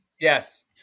Yes